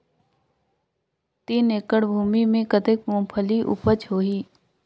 तीन एकड़ भूमि मे कतेक मुंगफली उपज होही?